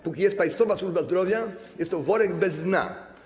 Póki jest państwowa służba zdrowia, jest to worek bez dna.